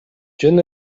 жөн